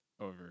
over